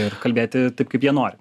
ir kalbėti taip kaip jie nori